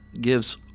gives